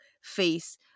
face